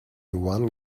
one